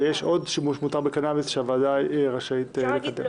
ויש עוד שימוש מותר בקנביס שהוועדה רשאית לדון בו.